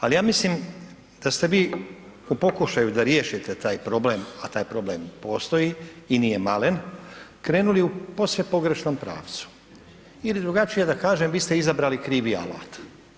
Ali ja mislim da ste vi u pokušaju da riješite taj problem, a taj problem postoji i nije malen, krenuli u posve pogrešnom pravcu ili drugačije da kažem vi ste izabrali krivi alat.